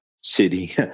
city